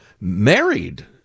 married